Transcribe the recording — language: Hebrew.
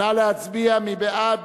נא להצביע, מי בעד?